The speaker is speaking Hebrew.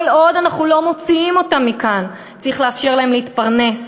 כל עוד אנחנו לא מוציאים אותם מכאן צריך לאפשר להם להתפרנס.